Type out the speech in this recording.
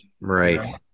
Right